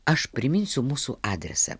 aš priminsiu mūsų adresą